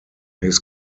his